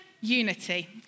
Unity